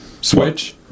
Switch